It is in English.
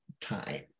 time